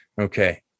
okay